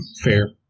fair